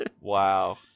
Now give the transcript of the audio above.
Wow